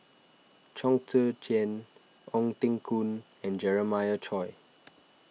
Chong Tze Chien Ong Teng Koon and Jeremiah Choy